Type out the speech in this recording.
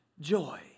joy